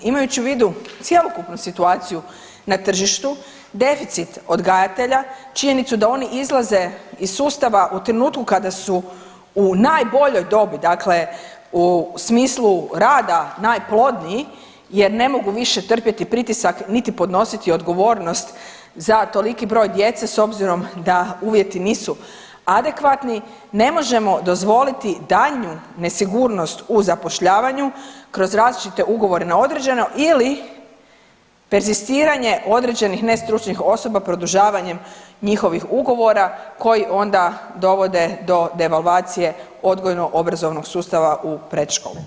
Imajući u vidu cjelokupnu situaciju na tržištu, deficit odgajatelja, činjenicu da oni izlaze iz sustava u trenutku kada su u najboljoj dobi, dakle u smislu rada najplodniji jer ne mogu više trpjeti pritisak niti podnositi odgovornost za toliki broj djece s obzirom da uvjeti nisu adekvatni ne možemo dozvoliti daljnju nesigurnost u zapošljavanju kroz različite ugovore na određeno ili perzistiranje određenih nestručnih osoba produžavanjem njihovih ugovora koji onda dovode do devalvacije odgojno-obrazovnog sustava u predškoli.